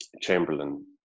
Chamberlain